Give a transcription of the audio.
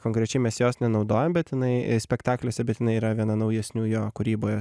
konkrečiai mes jos nenaudojam bet jinai spektakliuose bet jinai yra viena naujesnių jo kūryboje